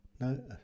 no